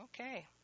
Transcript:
Okay